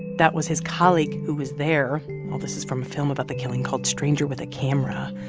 that was his colleague who was there. all this is from a film about the killing called stranger with a camera.